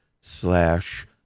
slash